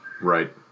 Right